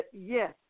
yes